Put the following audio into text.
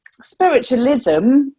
spiritualism